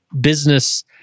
business